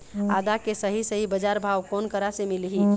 आदा के सही सही बजार भाव कोन करा से मिलही?